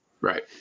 right